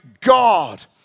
God